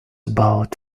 about